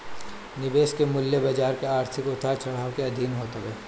निवेश के मूल्य बाजार के आर्थिक उतार चढ़ाव के अधीन होत हवे